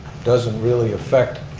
doesn't really affect,